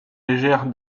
légère